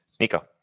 Nico